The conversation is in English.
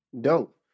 Dope